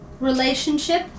Relationship